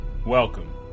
Welcome